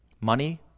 money